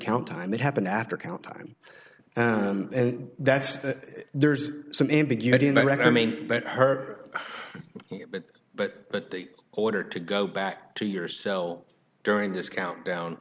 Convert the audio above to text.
count time it happened after count time and that's there's some ambiguity in iraq i mean but her but but but the order to go back to your cell during this countdown